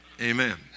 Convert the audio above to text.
amen